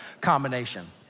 combination